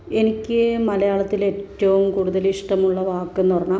എനിക്ക് മലയാളത്തിലേറ്റവും കൂടുതൽ ഇഷ്ടമുള്ള വാക്കെന്ന് പറഞ്ഞാൽ